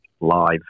live